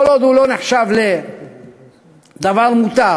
כל עוד הוא לא נחשב לדבר מותר,